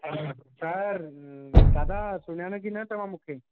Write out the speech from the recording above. छा दादा सुञाणो की न तव्हां मूंखे